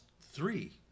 Three